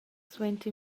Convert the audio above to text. suenter